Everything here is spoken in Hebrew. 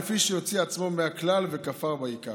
"לפי שהוציא את עצמו מן הכלל וכפר בעיקר",